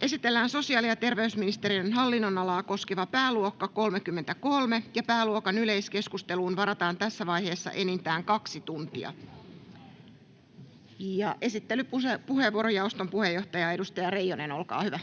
Esitellään sosiaali‑ ja terveysministeriön hallinnon-alaa koskeva pääluokka 33. Pääluokan yleiskeskusteluun varataan tässä vaiheessa enintään kaksi tuntia. — Esittelypuheenvuoro, jaoston puheenjohtaja, edustaja Reijonen, olkaa hyvä.